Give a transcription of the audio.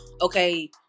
okay